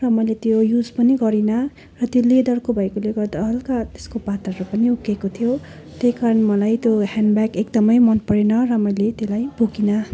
र मैले त्यो युज पनि गरिनँ र त्यो लेदरको भएकोले गर्दा हल्का त्यसको पातहरू पनि उक्किएको थियो त्यही कारण मलाई त्यो ह्यान्डब्याग एकदमै मनपरेन र मैले त्यसलाई बोकिनँ